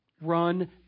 run